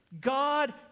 God